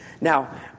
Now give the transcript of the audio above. Now